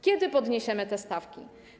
Kiedy podniesiemy te stawki?